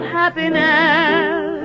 happiness